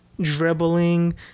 dribbling